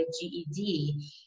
GED